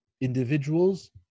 individuals